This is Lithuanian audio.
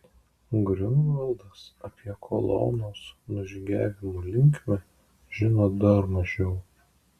griunvaldas apie kolonos nužygiavimo linkmę žino dar mažiau